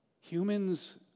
Humans